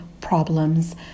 problems